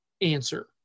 answer